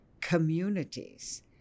communities